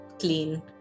clean